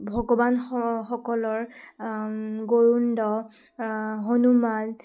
ভগৱানসকলৰ Garuda Hanuman